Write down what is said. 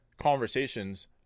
conversations